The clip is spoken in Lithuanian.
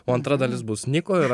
o antra dalis bus niko ir